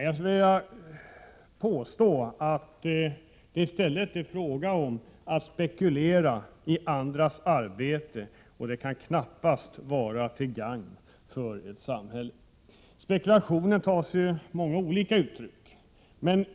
Jag vill påstå att det i stället handlar om att spekulera i andras arbete, och det kan knappast vara till gagn för ett samhälle. Spekulationen tar sig många uttryck.